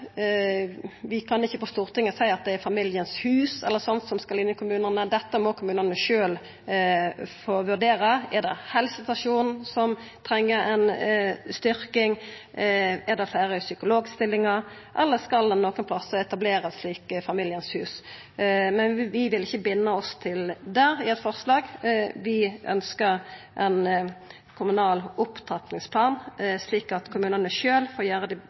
vi, Stortinget, ikkje kan seia at det er Familiens hus eller slikt som skal inn i kommunane. Dette må kommunane sjølve få vurdera. Er det helsestasjonen som treng ei styrking? Trengs det fleire psykologstillingar, eller skal ein etablera Familiens hus? Vi vil ikkje binda oss i forslaget. Vi ønskjer ein kommunal opptrappingsplan slik at kommunane sjølve får